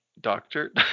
doctor